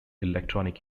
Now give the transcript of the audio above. electronic